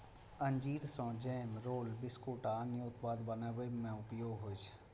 अंजीर सं jam, roll, biscuit आ अन्य उत्पाद बनाबै मे उपयोग होइ छै